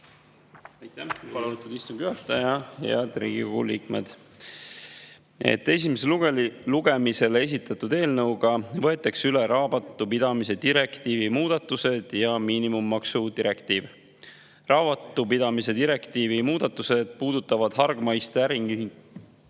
Aitäh, lugupeetud istungi juhataja! Head Riigikogu liikmed! Esimesele lugemisele esitatud eelnõuga võetakse üle raamatupidamise direktiivi muudatused ja miinimummaksu direktiiv. Raamatupidamise direktiivi muudatused puudutavad hargmaiste äriühingute